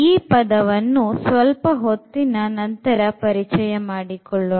ಈ ಪದವನ್ನು ಸ್ವಲ್ಪ ಹೊತ್ತಿನ ನಂತರ ಪರಿಚಯ ಮಾಡಿಕೊಳ್ಳೋಣ